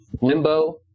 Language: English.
Limbo